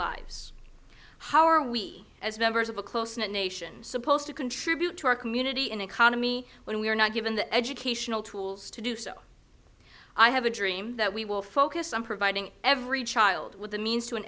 lives how are we as members of a close knit nation supposed to contribute to our community and economy when we are not given the educational tools to do so i have a dream that we will focus on providing every child with the means to an